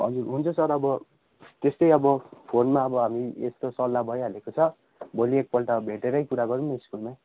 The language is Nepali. हजुर हुन्छ सर अब त्यस्तै अब फोनमा अब हामी यस्तो सल्लाह भइहालेको छ भोलि एक पल्ट भेटेरै कुरा गरौँ न स्कुलमा